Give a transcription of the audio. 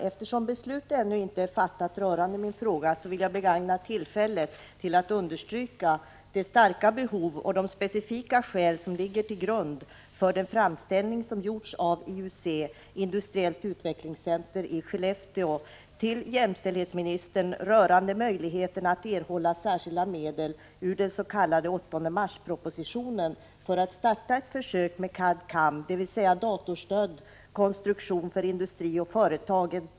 Eftersom beslut ännu inte är fattat rörande den fråga jag tagit upp, vill jag begagna tillfället till att understryka det starka behov och de specifika skäl som ligger till grund för den framställning som gjorts av IUC i Skellefteå till jämställdhetsministern rörande möjligheten att erhålla särskilda medel ur den s.k. 8:e mars-propositionen för att i Skellefteå starta försök med utbildning i CAD/CAM, dvs. datorstödd konstruktion för industri och företag.